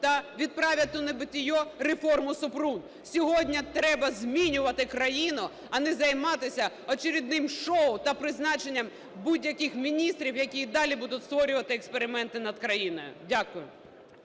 та відправлять у небытие реформу Супрун. Сьогодні треба змінювати країну, а не займатися очередним шоу та призначення будь-яких міністрів, які й далі будуть створювати експерименти над країною. Дякую.